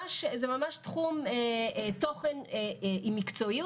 הם לא חותמים על טופס, הם גם לא ממלאים.